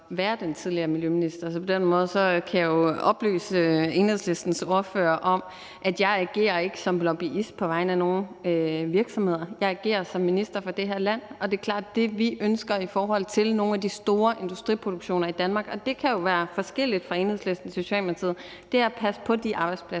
være den tidligere miljøminister, så på den måde kan jeg oplyse Enhedslistens ordfører om, at jeg ikke agerer som lobbyist på vegne af nogen virksomheder; jeg agerer som minister for det her land. Og det er klart, at det, vi ønsker i forhold til nogle af de store industriproduktioner i Danmark – og det kan jo være forskelligt fra Enhedslisten til Socialdemokratiet – er at passe på de arbejdspladser